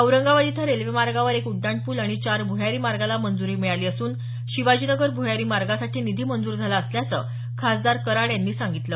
औरंगाबाद इथं रेल्वेमार्गावर एक उडाणप्ल आणि चार भ्रयारी मार्गाला मंज्री मिळाली असून शिवाजी नगर भ्रयारी मार्गासाठी निधी मंजूर झाला असल्याचं खासदार कराड यांनी सांगितलं